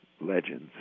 legends